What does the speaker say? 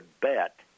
bet